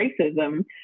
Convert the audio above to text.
racism